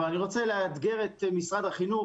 אבל אני רוצה לאתגר את משרד החינוך,